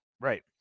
Right